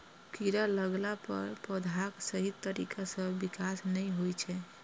कीड़ा लगला पर पौधाक सही तरीका सं विकास नै होइ छै